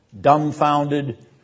dumbfounded